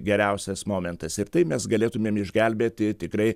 geriausias momentas ir taip mes galėtumėm išgelbėti tikrai